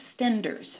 extenders